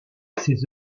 ses